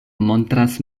montras